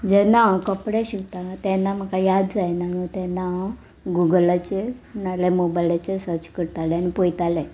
जेन्ना हांव कपडे शिकता तेन्ना म्हाका याद जायना न्हू तेन्ना हांव गुगलाचेर नाल्या मोबायलाचेर सर्च करतालें आनी पयतालें